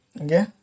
okay